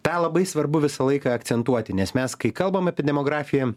tą labai svarbu visą laiką akcentuoti nes mes kai kalbam apie demografiją